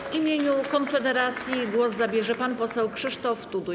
W imieniu Konfederacji głos zabierze pan poseł Krzysztof Tuduj.